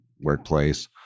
workplace